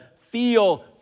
feel